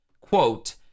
Quote